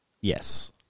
Yes